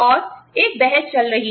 और एक बहस चल रही है